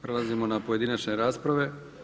Prelazimo na pojedinačne rasprave.